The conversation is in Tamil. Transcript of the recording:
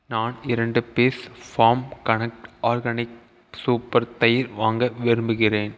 நான் இரண்டு piece farm connect organic super தயிர் வாங்க விரும்புகிறேன்